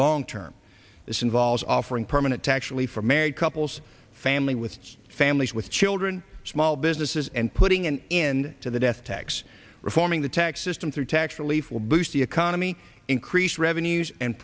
long term this involves offering permanent to actually for married couples family with families with children small businesses and putting an end to the death tax reforming the tax system through tax relief will boost the economy increase revenues and